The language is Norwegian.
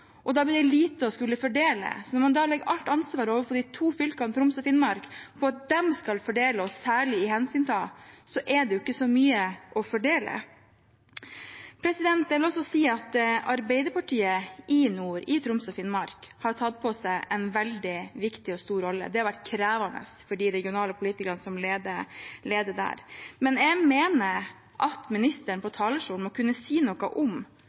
blir lite å fordele. Når man da legger alt ansvaret over på de to fylkene Troms og Finnmark for at de skal fordele og særlig hensynta, er det ikke så mye å fordele. Jeg vil også si at Arbeiderpartiet i nord, i Troms og Finnmark, har tatt på seg en veldig viktig og stor rolle. Det har vært krevende for de regionale politikerne som leder der. Jeg mener at statsråden fra talerstolen må kunne si noe om